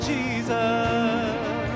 Jesus